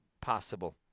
possible